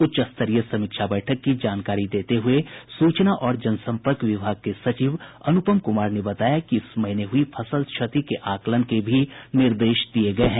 उच्च स्तरीय समीक्षा बैठक की जानकारी देते हुए सूचना और जन संपर्क विभाग के सचिव अनुपम कुमार ने बताया कि इस महीने हुई फसल क्षति के आकलन के भी निर्देश दिये गये हैं